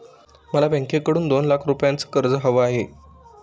मला बँकेकडून दोन लाख रुपयांचं कर्ज हवं आहे